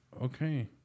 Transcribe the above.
Okay